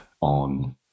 on